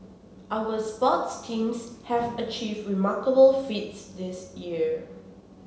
our sports teams have achieved remarkable feats this year